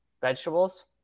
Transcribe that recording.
vegetables